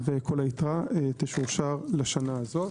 וכל היתרה תשורשר לשנה הזאת.